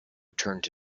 turned